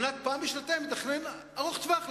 אבל רק אחת לשנתיים תכנון ארוך-טווח,